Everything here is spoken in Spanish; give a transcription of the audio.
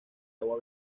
agua